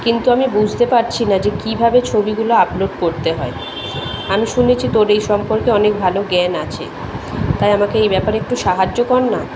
কিন্তু আমি বুঝতে পারছি না যে কীভাবে ছবিগুলো আপলোড করতে হয় আমি শুনেছি তোর এই সম্পর্কে অনেক ভালো জ্ঞান আছে তাই আমাকে এই ব্যাপারে একটু সাহায্য কর না